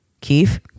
Keith